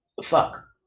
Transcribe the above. fuck